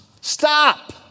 Stop